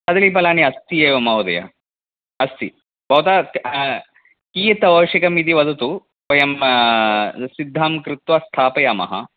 कदलीफलानि अस्ति एव महोदय अस्ति भवतः कियत् आवश्यकम् इति वदतु वयं सिद्धं कृत्वा स्थापयामः